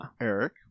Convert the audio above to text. Eric